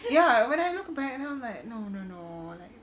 ya and when I look back and I'm like no no no like